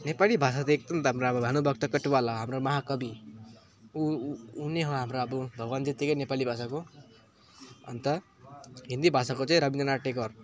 नेपाली भाषा चाहिँ एकदम राम्रो अब भानुभक्त कटुवाल हाम्रो महाकवि ऊ ऊ नै हाम्रो अब भगवान जत्तिकै नेपाली भाषाको अनि त हिन्दी भाषाको चाहिँ रविन्द्रनाथ ट्यागोर